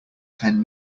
ten